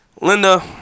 Linda